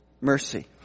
mercy